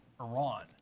Iran